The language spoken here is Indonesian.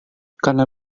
karena